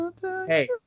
Hey